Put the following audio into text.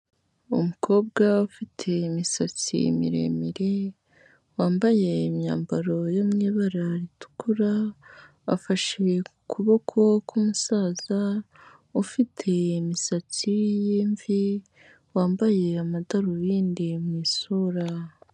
Umukobwa ufite imisatsi miremire, wambaye imyambaro yo mu ibara ritukura, afashe ku kuboko k'umusaza, ufite imisatsi y'imvi, wambaye amadarubindi mu isura.